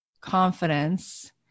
confidence